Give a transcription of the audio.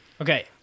Okay